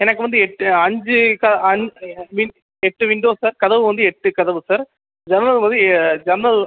எனக்கு வந்து எட்டு அஞ்சு மீன்ஸ் எட்டு விண்டோ சார் க தவு வந்து எட்டு கதவு சார் ஜன்னல் வந்து ஜன்னல்